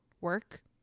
work